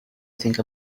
think